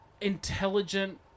intelligent